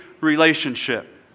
relationship